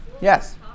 Yes